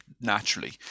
naturally